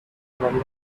living